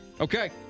Okay